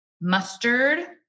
mustard